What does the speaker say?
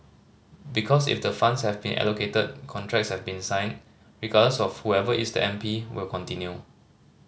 because if the funds have been allocated contracts have been signed regardless of whoever is the M P will continue